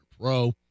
pro